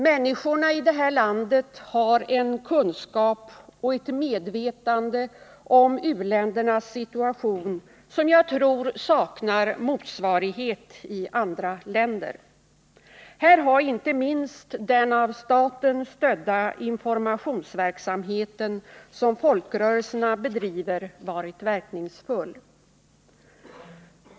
Människorna i det här landet har en kunskap och ett medvetande om u-ländernas situation som jag tror saknar motsvarighet i andra länder. Här har inte minst den av staten stödda informationsverksamhet som folkrörelserna bedriver varit verkningsfull.